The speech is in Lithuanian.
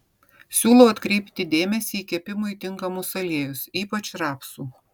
siūlau atkreipti dėmesį į kepimui tinkamus aliejus ypač rapsų